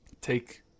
take